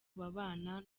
babana